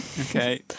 Okay